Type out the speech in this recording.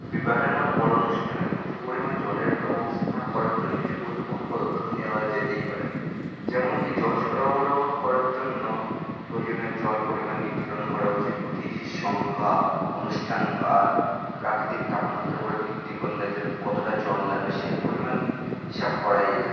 বিবাহের মতো বড়োঅনুষ্ঠানে প্রচুর পরিমাণ জলের ব্যবস্থা করার জন্য কিছু গুরুত্বপূর্ণ পদক্ষেপ নেওয়া যেতেই পারে যেমন কি জল সরবরাহ করার জন্য প্রয়োজনীয় জল পরিমাণ নির্ধারণ করা উচিত অতিথির সংখ্যা অনুষ্ঠান কাল প্রাকৃতিক তাপমাত্রার উপরে ভিত্তি করলে যে কতটা জল লাগবে সে পরিমাণ হিসাব করাই যায়